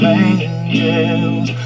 angels